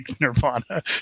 Nirvana